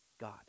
God